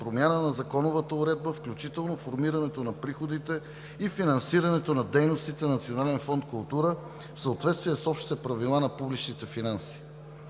„Промяна на законовата уредба, включително формирането на приходите и финансирането на дейностите на Национален фонд „Култура“ в съответствие с общите правила на публичните финанси“.